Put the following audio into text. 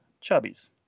chubby's